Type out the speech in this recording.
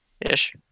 ...ish